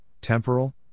temporal